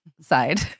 side